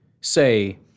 say